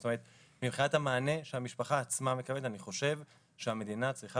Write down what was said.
מבחינת המענה שהמשפחה עצמה מקבלת אני חושב שהמדינה צריכה